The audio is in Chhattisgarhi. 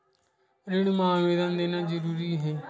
ऋण मा आवेदन देना जरूरी हे?